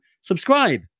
subscribe